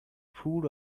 food